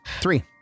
Three